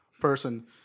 person